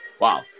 Wow